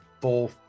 full